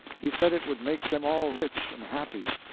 he said it would make them all rich and happy.